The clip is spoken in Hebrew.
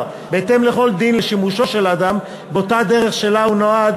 בהתאם לכל דין לשימושו של אדם באותה דרך שלה הוא נועד,